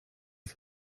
for